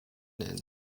and